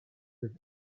with